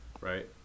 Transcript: right